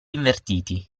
invertiti